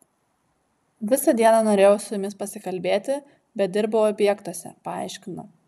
visą dieną norėjau su jumis pasikalbėti bet dirbau objektuose paaiškino